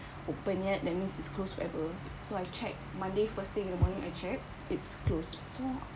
open yet that means it's closed forever so I checked monday first thing in the morning I checked it's closed so